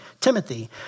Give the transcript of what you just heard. Timothy